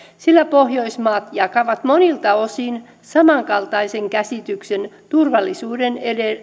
sillä pohjoismaat jakavat monilta osin samankaltaisen käsityksen turvallisuuden